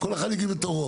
כל אחד יגיד בתורו.